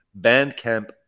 Bandcamp